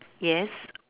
yes